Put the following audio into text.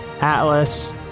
Atlas